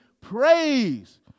praise